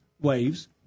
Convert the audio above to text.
waves